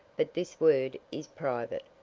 but this word is private.